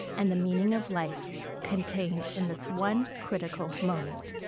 and the meaning of life contained in this one critical moment.